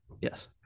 Yes